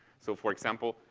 so, for example,